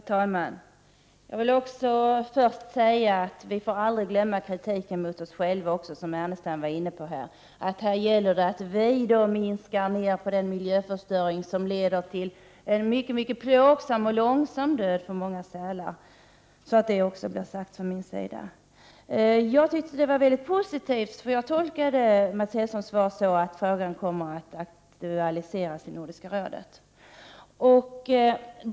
Herr talman! Jag vill, liksom Lars Ernestam, säga att vi aldrig får glömma kritiken mot oss själva. Det gäller att minska den miljöförstöring som leder till en mycket plågsam och långsam död för många sälar. Jag tyckte att Mats Hellströms svar var mycket positivt. Jag tolkade det nämligen som att frågan kommer att aktualiseras i Nordiska rådet.